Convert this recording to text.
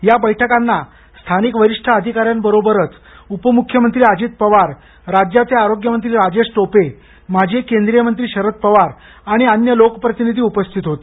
या बैठकांना स्थानिक वरिष्ठ अधिकाऱ्यांबरोबरच उपमुख्यमंत्री अजित पवार राज्याचे आरोग्य मंत्री राजेश टोपे माजी केंद्रीय मंत्री शरद पवार आणि अन्य लोकप्रतिनिधी उपस्थित होते